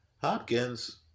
Hopkins